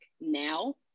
now